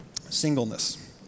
Singleness